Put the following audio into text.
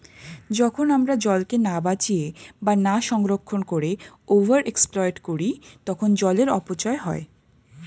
যখন আমরা জলকে না বাঁচিয়ে বা না সংরক্ষণ করে ওভার এক্সপ্লইট করি তখন জলের অপচয় হয়